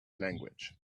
language